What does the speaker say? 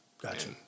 Gotcha